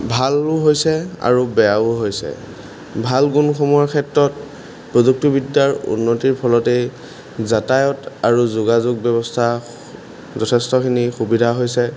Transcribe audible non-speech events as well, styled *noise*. ভালো হৈছে আৰু বেয়াও হৈছে ভাল গুণসমূহৰ ক্ষেত্ৰত প্ৰযুক্তিবিদ্যাৰ উন্নতিৰ ফলতেই যাতায়ত আৰু যোগাযোগ ব্যৱস্থা *unintelligible* যথেষ্টখিনি সুবিধা হৈছে